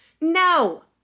no